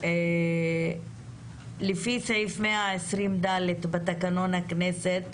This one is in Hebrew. לפי סעיף 120(ד) לתקנון הכנסת,